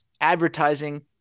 advertising